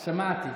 שמעתי.